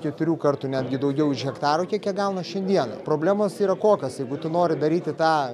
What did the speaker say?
keturių kartų netgi daugiau už hektarų kiek jie gauna šiandienai problemos yra kokios jeigu tu nori daryti tą